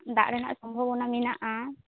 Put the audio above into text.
ᱫᱟᱜ ᱨᱮᱱᱟᱜ ᱥᱚᱢᱵᱷᱚᱵᱚᱱᱟ ᱢᱮᱱᱟᱜᱼᱟ